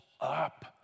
up